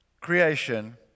creation